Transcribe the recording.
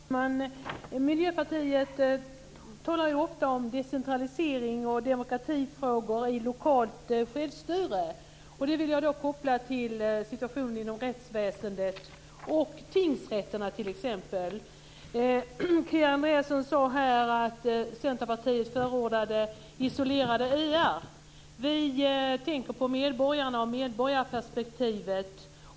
Fru talman! Miljöpartiet talar ofta om decentralisering och demokratifrågor i lokalt självstyre. Det vill jag koppla till situationen inom rättsväsendet och t.ex. Kia Andreasson sade här att Centerpartiet förordade isolerade öar. Vi tänker på medborgarna och medborgarperspektivet.